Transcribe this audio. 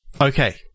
Okay